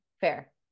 Fair